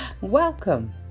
welcome